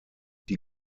die